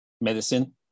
medicine